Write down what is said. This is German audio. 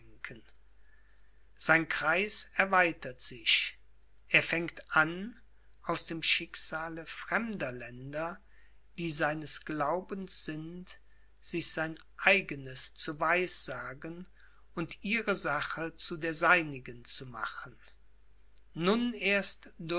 sein kreis erweitert sich er fängt an aus dem schicksale fremder länder die seines glaubens sind sich sein eigenes zu weissagen und ihre sache zu der seinigen zu machen nun erst